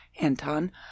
Anton